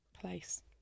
place